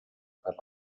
per